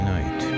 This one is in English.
Night